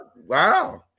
wow